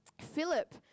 Philip